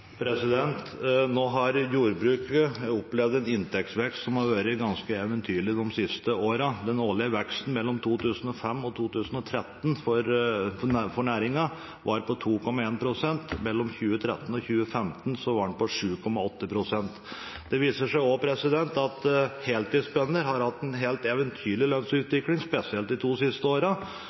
har opplevd en inntektsvekst som har vært ganske eventyrlig de siste årene. Den årlige veksten mellom 2005 og 2013 for næringen var på 2,1 pst., mens den mellom 2013 og 2015 var på 7,8 pst. Det viser seg også at heltidsbønder har hatt en helt eventyrlig lønnsutvikling, spesielt de to siste